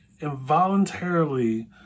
involuntarily